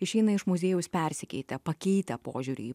išeina iš muziejaus persikeitę pakeitę požiūrį į